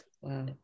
Wow